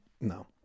No